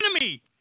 enemy